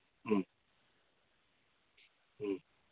ꯎꯝ ꯎꯝ